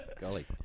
Golly